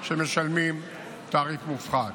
שמשלמים תעריף מופחת.